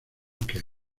que